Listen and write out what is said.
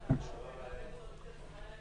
זה לא עולה יותר כסף